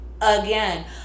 again